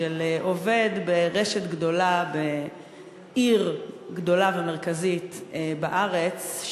של עובד ברשת גדולה בעיר גדולה ומרכזית בארץ,